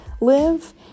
live